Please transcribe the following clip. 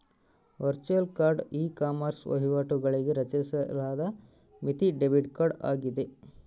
virtual card ecommerce ವಹಿವಾಟುಗಳಿಗಾಗಿ ರಚಿಸಲಾದ ಮಿತಿ ಡೆಬಿಟ್ ಕಾರ್ಡ್ ಆಗಿದೆ